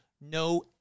no